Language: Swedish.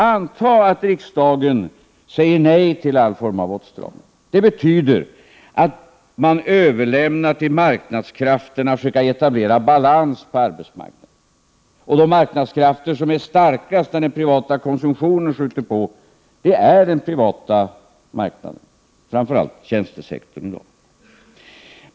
Anta att riksdagen säger nej till all form av åtstramning! Det betyder att man överlämnar till marknadskrafterna att försöka etablera balans på arbetsmarknaden. Och de marknadskrafter som är starkast, där den privata konsumtionen skjuter på, finns på den privata marknaden, framför allt på tjänstesektorn i dag.